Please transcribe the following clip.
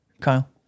Kyle